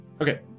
Okay